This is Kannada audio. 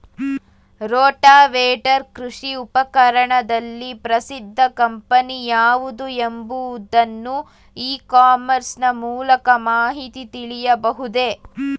ರೋಟಾವೇಟರ್ ಕೃಷಿ ಉಪಕರಣದಲ್ಲಿ ಪ್ರಸಿದ್ದ ಕಂಪನಿ ಯಾವುದು ಎಂಬುದನ್ನು ಇ ಕಾಮರ್ಸ್ ನ ಮೂಲಕ ಮಾಹಿತಿ ತಿಳಿಯಬಹುದೇ?